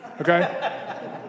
okay